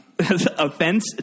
offense